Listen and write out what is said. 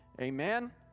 Amen